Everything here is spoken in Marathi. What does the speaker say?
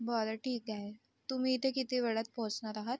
बरं ठीक आहे तुम्ही इथे किती वेळात पोहोचणार आहात